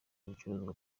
ibicuruzwa